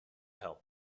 help